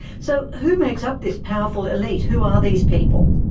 so who makes up this powerful elite? who are these people?